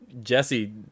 Jesse